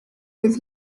with